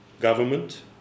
government